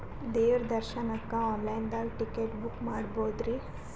ದೇವ್ರ ದರ್ಶನಕ್ಕ online ದಾಗ ಟಿಕೆಟ ಬುಕ್ಕ ಮಾಡ್ಬೊದ್ರಿ?